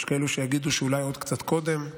יש כאלה שיגידו שאולי עוד קצת קודם,